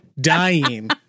dying